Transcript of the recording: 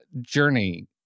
journey